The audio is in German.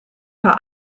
paar